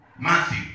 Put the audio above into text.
Matthew